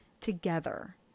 together